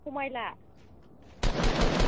खमायला औ